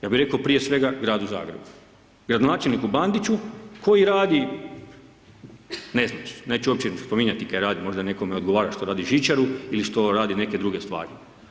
Ja bih rekao prije svega gradu Zagrebu, gradonačelniku Bandiću koji radi ne znam, neću uopće spominjati kaj radi, možda nekome odgovara što radi žičaru ili što radi neke druge stvari.